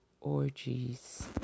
orgies